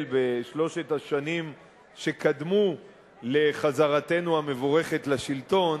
בשלוש השנים שקדמו לחזרתנו המבורכת לשלטון,